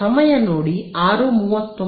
ಸಮಯ ನೋಡಿ 0639